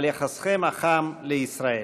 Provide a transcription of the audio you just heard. על יחסכם החם לישראל.